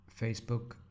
Facebook